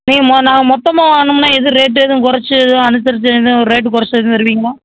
நீங்கள் ம நாங்கள் மொத்தமாக வாங்கணும்னால் எது ரேட்டு எதுவும் குறைச்சு எதுவும் அனுசரிச்சு எதுவும் ஒரு ரேட்டு குறைச்சு எதுவும் தருவீங்களா